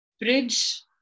bridge